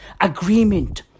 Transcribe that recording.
Agreement